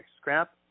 scrap